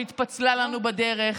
שהתפצלה לנו בדרך,